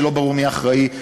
שלא ברור מי האחראי,